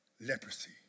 leprosy